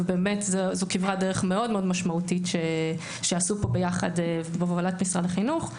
ובאמת זו כברת דרך משמעותית מאוד שעשו פה ביחד בהובלת משרד החינוך,